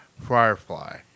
Firefly